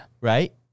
Right